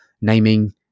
naming